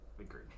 agreed